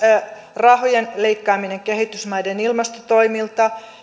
rahojen leikkaaminen kehitysmaiden ilmastotoimilta